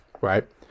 right